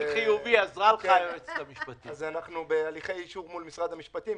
אנחנו בהליכי אישור מול משרד המשפטים,